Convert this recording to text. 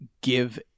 give